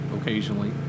occasionally